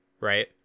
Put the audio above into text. right